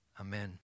Amen